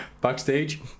Backstage